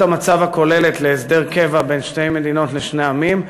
המצב הכוללת להסדר קבע של שתי מדינות לשני עמים,